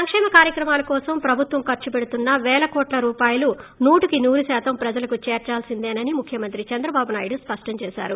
సంక్షేమ కార్యక్రమాల కోసం ప్రభుత్వం ఖర్సు పెడుతున్న పేల కోట్ల రూపాయలు నూటికి నూరుకాతం ప్రజలకు చేరాల్పిందేనని ముఖ్యమంత్రి చంద్రబాబు నాయుడు స్పష్టం చేశారు